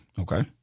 Okay